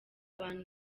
abantu